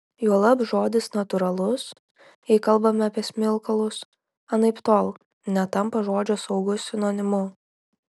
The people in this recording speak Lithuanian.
juolab žodis natūralus jei kalbame apie smilkalus anaiptol netampa žodžio saugus sinonimu